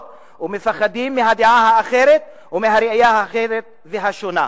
ומפחדים מהדעה האחרת ומהראייה האחרת והשונה.